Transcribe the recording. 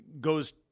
goes